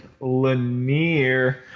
Lanier